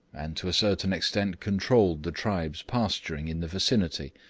and to a certain extent controlled the tribes pasturing in the vicinity,